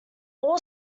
all